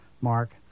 Mark